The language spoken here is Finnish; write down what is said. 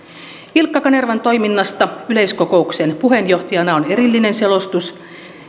ilkka kanervan toiminnasta yleiskokouksen puheenjohtajana on erillinen selostus